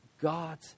God